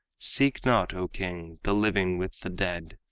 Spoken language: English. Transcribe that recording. seek not, o king, the living with the dead!